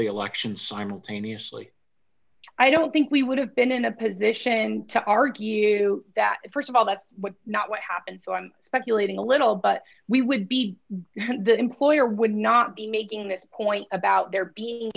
the election simultaneously i don't think we would have been in a position to argue that st of all that not what happened so i'm speculating a little but we would be the employer would not be making that point about there being